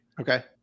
Okay